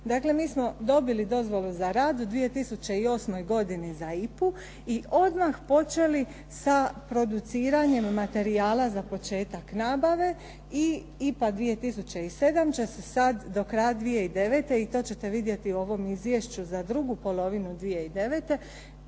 Dakle, mi smo dobili dozvolu za rad u 2008. godini za IPA-u i odmah počeli sa produciranjem materijala za početak nabave i IPA 2007. će se sad do kraja 2009. i to ćete vidjeti u ovom izvješću za drugu polovinu 2009.